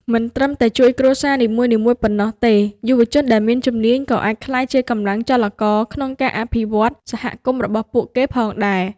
មិនត្រឹមតែជួយគ្រួសារនីមួយៗប៉ុណ្ណោះទេ យុវជនដែលមានជំនាញក៏អាចក្លាយជាកម្លាំងចលករក្នុងការអភិវឌ្ឍន៍សហគមន៍របស់ពួកគេផងដែរ។